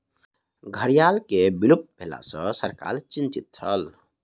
घड़ियाल के विलुप्त भेला सॅ सरकार चिंतित छल